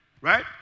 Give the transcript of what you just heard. right